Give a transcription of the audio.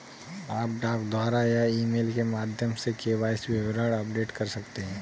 आप डाक द्वारा या ईमेल के माध्यम से के.वाई.सी विवरण अपडेट कर सकते हैं